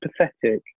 pathetic